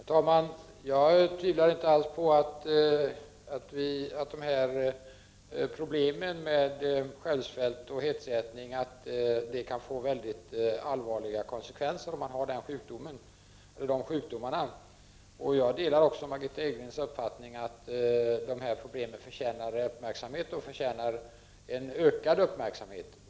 Herr talman! Jag tvivlar inte alls på att problemen med självsvält och hetsätning kan få allvarliga konsekvenser. Jag delar Margitta Edgrens uppfattning att problemet förtjänar en ökad uppmärksamhet.